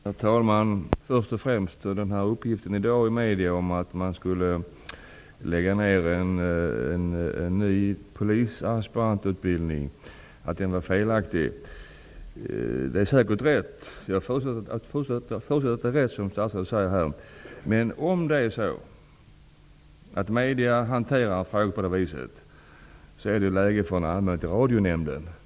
Herr talman! Att uppgiften i dag i massmedierna, om att en ny polisaspirantutbildning skulle läggas ned, var felaktig stämmer säkert. Det förutsätter jag, eftersom statsrådet säger det. Men om medierna hanterar frågor på det här viset är det anledning att anmäla detta till Radionämnden.